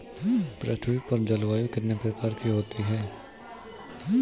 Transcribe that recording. पृथ्वी पर जलवायु कितने प्रकार की होती है?